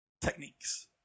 techniques